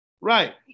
right